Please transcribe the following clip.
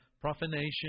profanation